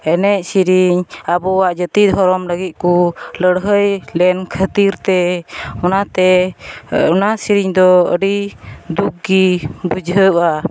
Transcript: ᱮᱱᱮᱡᱼᱥᱮᱨᱮᱧ ᱟᱵᱚᱣᱟᱜ ᱡᱟᱹᱛᱤᱼᱫᱷᱚᱨᱚᱢ ᱞᱟᱹᱜᱤᱫᱠᱚ ᱞᱟᱹᱲᱦᱟᱹᱭᱞᱮᱱ ᱠᱷᱟᱹᱛᱤᱨᱛᱮ ᱚᱱᱟᱛᱮ ᱚᱱᱟ ᱥᱮᱨᱮᱧ ᱫᱚ ᱟᱹᱰᱤ ᱫᱩᱠ ᱜᱮ ᱵᱩᱡᱷᱟᱹᱣᱚᱜᱼᱟ